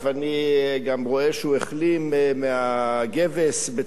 אני גם רואה שהוא החלים מהגבס בצורה